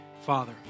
Father